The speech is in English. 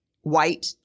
white